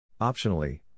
Optionally